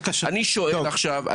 אני שואל עכשיו.